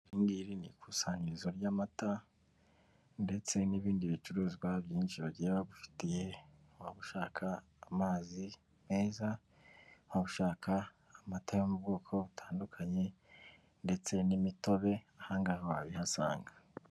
Iri ngiri ni ikusanyirizo ry'amata ndetse n'ibindi bicuruzwa byinshi bagiye bagufitiye, waba ushaka amazi meza, waba ushaka amata yo mu bwoko butandukanye ndetse n'imitobe, aha ngaha wabihasanga.